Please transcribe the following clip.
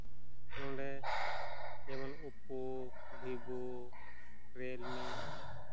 ᱱᱚᱰᱮ ᱡᱮᱢᱚᱱ ᱳᱯᱳ ᱵᱷᱤᱵᱳ ᱨᱤᱭᱮᱞᱢᱤ